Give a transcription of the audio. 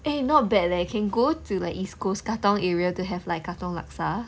eh not bad leh can go to like east coast katong area to have like katong laksa